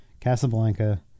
Casablanca